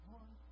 one